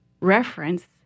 reference